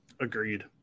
Agreed